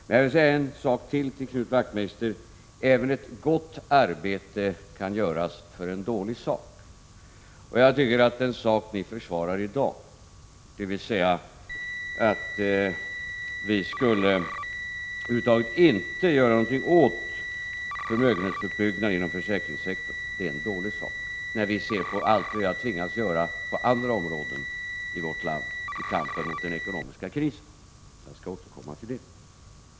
Jag vill säga en sak till Knut Wachtmeister: Även ett gott arbete kan göras för en dålig sak. Jag tycker att det ni vill i dag, dvs. att vi inte skulle göra någonting Prot. 1986/87:48 åt förmögenhetsuppbyggnaden inom försäkringssektorn, är att försvara en 12 december 1986 dålig sak när vi ser på allt vi tvingas göra på andra områden i vårt land i kampen mot den ekonomiska krisen. Jag skall återkomma till detta.